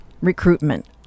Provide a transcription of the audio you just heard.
recruitment